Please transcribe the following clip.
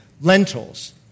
lentils